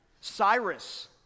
Cyrus